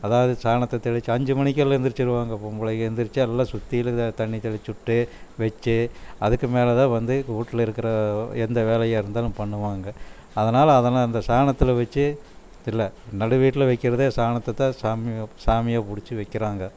அதாவது சாணத்தை தெளித்து அஞ்சு மணிக்கு எழுந்துரிச்சிடுவாங்க பொம்பளைங்க எழுந்துரிச்சி எல்லாம் சுற்றிலும் உள்ள தண்ணி தெளித்துட்டு வச்சு அதுக்கு மேலேதான் வந்து வீட்டுல இருக்கிற எந்த வேலையாக இருந்தாலும் பண்ணுவாங்க அதனால் அதனை அந்த சாணத்தில் வச்சு இல்லை நடு வீட்டில் வைக்கிறதே சாணத்தைதான் சாமி சாமியாக பிடிச்சி வைக்கிறாங்க